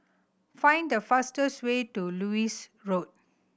find the fastest way to Lewis Road